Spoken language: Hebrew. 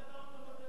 בטלפון.